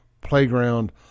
playground